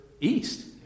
east